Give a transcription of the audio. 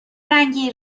رنگی